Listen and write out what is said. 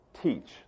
teach